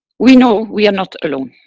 we know we are not alone.